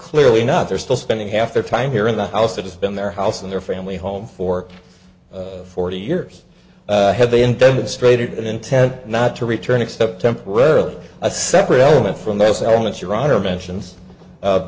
clearly not they're still spending half their time here in the house that has been their house and their family home for forty years had they intended straighted intent not to return except temporarily a separate element from those elements your honor mentions